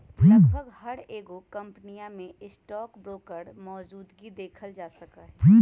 लगभग हर एगो कम्पनीया में स्टाक ब्रोकर मौजूदगी देखल जा सका हई